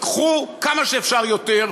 קחו כמה שאפשר יותר,